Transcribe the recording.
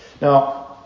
Now